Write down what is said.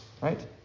right